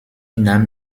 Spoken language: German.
nahm